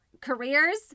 careers